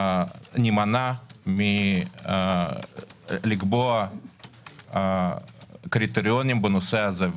נימנע מלקבוע קריטריונים בנושא הזה.